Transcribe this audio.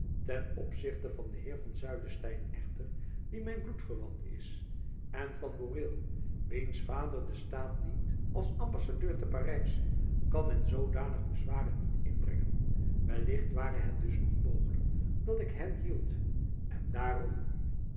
ten opzichte van den heer van zuylestein echter die mijn bloedverwant is en van boreel wiens vader den staat dient als ambassadeur te parijs kan men zoodanig bezwaren niet inbrengen wellicht ware het dus nog mogelijk dat ik hen behield en daarom